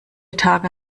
tage